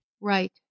Right